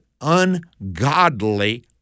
ungodly